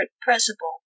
principle